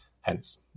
hence